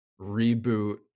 reboot